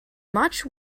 much